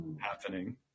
happening